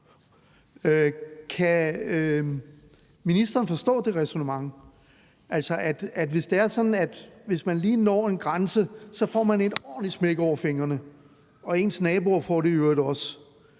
Kan ministeren forstå det ræsonnement? Altså, hvis man lige når en grænse, får man et ordentligt smæk over fingrene – ens naboer får det i øvrigt også